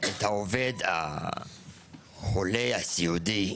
את החולה הסיעודי,